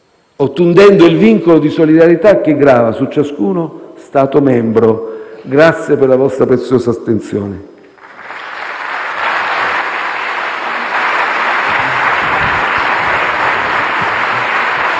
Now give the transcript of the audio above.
ottundendo il vincolo di solidarietà che grava su ciascuno Stato membro. Grazie per la vostra preziosa attenzione.